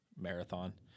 marathon